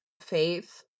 Faith